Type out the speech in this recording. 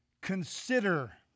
Consider